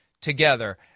together